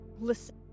listen